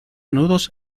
nudos